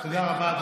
תודה רבה,